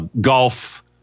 golf